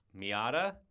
Miata